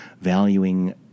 Valuing